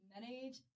menage